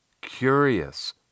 curious